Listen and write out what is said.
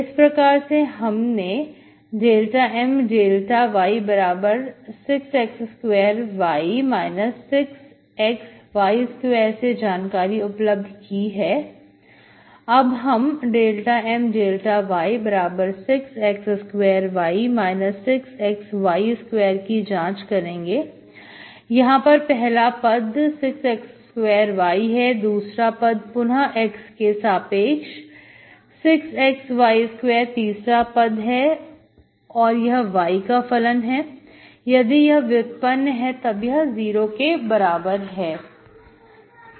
इस प्रकार से हमने ∂M∂y6x2y 6xy2 से जानकारी उपलब्ध की अब हम ∂M∂y6x2y 6xy2 की जांच करेंगे यहां पर पहला पद 6x2y है दूसरा पद पुनः x के सापेक्ष 6xy2 तीसरा पद y का फलन है यदि यह व्युत्पन्न है तब यह 0 के बराबर है